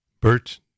Bert